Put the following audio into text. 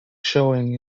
showing